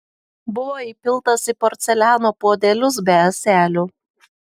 buvo įpiltas į porceliano puodelius be ąselių